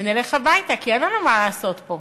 ונלך הביתה, כי אין לנו מה לעשות פה.